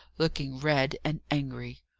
looking red and angry.